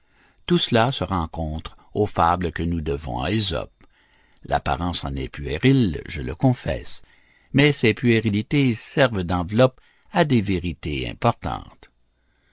tout cela se rencontre aux fables que nous devons à ésope l'apparence en est puérile je le confesse mais ces puérilités servent d'enveloppes à des vérités importantes